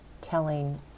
telling